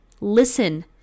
Listen